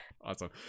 awesome